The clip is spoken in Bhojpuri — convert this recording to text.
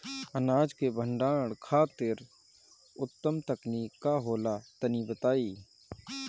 अनाज के भंडारण खातिर उत्तम तकनीक का होला तनी बताई?